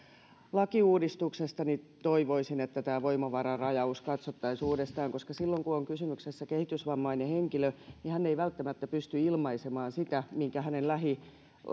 lakiuudistuksesta toivoisin että tämä voimavararajaus katsottaisiin uudestaan koska silloin kun on kysymyksessä kehitysvammainen henkilö hän ei välttämättä pysty ilmaisemaan sitä minkä hänen